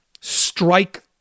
Strike